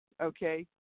okay